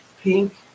pink